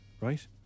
right